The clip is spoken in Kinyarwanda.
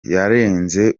yaranze